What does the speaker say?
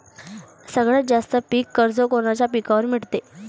सगळ्यात जास्त पीक कर्ज कोनच्या पिकावर मिळते?